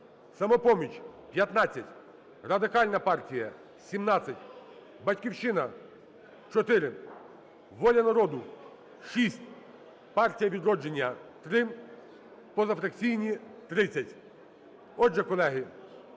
"Самопоміч" – 15, Радикальна партія – 17, "Батьківщина" – 4, "Воля народу" – 6, "Партія "Відродження" – 3, позафракційні - 30. Отже, колеги,